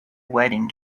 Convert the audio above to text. wedding